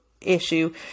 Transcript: issue